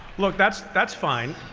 look that's that's fine.